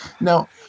Now